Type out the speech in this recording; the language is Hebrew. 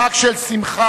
חג של שמחה,